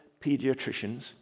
pediatricians